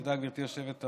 תודה, גברתי היושבת-ראש.